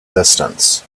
distance